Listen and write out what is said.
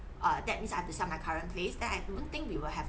err that means I have to sell my current place then I don't think we will have